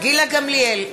גילה גמליאל,